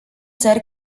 țări